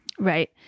Right